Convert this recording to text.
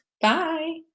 bye